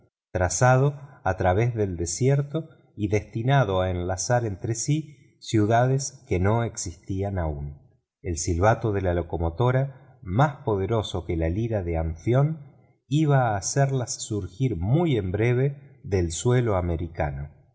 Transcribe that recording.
trazado a través del desierto y destinado a enlazar entre sí ciudades que no existían aún el silbato de la locomotora más poderoso que la lira de anfión iba a hacerlas surgir muy en breve del suelo americano